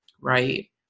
right